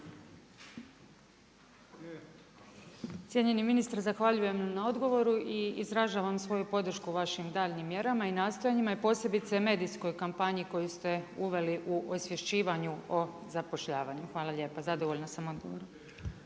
Cijenjeni ministre zahvaljujem na odgovoru i izražavam svoju podršku vašim daljnjim mjerama i nastojanjima i posebice medijskoj kampanji koju ste uveli u osvješćivanju o zapošljavanju. Hvala lijepa. Zadovoljna sam odgovorom.